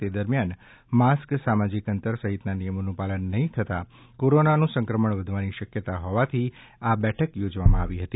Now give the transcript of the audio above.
તે દરમિયાન માસ્ક સામાજિક અંતર સહિતના નિયમોનું પાલન નહીં થતા કોરોનાનું સંક્રમણ વધવાની શક્યતા હોવાથી આ બેઠક યોજવામાં આવી હતી